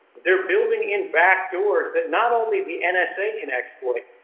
they're building in backdoors that not only the and nsa can exploit,